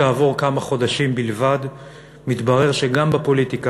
כעבור כמה חודשים בלבד מתברר שגם בפוליטיקה